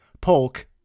Polk